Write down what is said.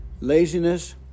laziness